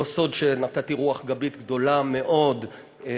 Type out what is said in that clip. לא סוד שנתתי רוח גבית גדולה מאוד למדעים,